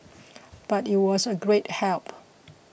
but it was a great help